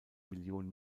million